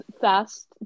fast